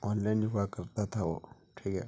on line yoga کرتا تھا وہ ٹھیک ہے